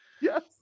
Yes